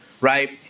Right